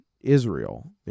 israel